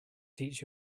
teach